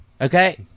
Okay